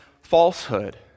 falsehood